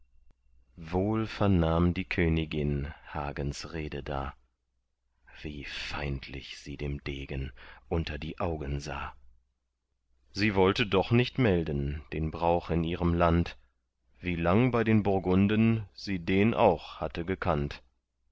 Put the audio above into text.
wohl vernahm die königin hagens rede da wie feindlich sie dem degen unter die augen sah sie wollte doch nicht melden den brauch in ihrem land wie lang bei den burgunden sie den auch hatte gekannt